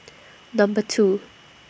Number two